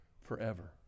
forever